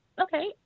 okay